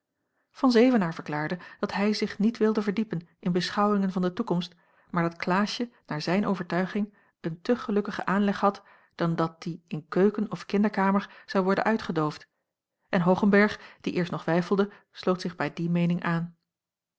van zevenaer verklaarde dat hij zich niet wilde verdiepen in beschouwingen van de toekomst maar dat klaasje naar zijne overtuiging een te gelukkigen aanleg had dan dat die in keuken of kinderkamer zou worden uitgedoofd en hoogenberg die eerst nog weifelde sloot zich bij die meening aan